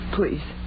Please